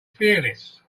fearless